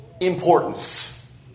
importance